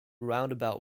roundabout